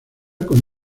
con